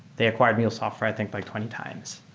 they acquired mulesoft for i think like twenty times,